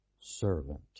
servant